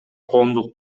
коомдук